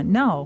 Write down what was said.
no